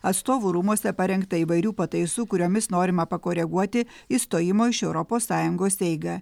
atstovų rūmuose parengta įvairių pataisų kuriomis norima pakoreguoti išstojimo iš europos sąjungos eigą